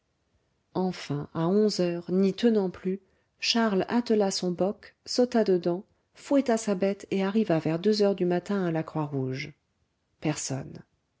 enfin à onze heures n'y tenant plus charles attela son boc sauta dedans fouetta sa bête et arriva vers deux heures du matin à la croix rouge personne